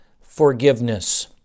forgiveness